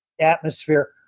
atmosphere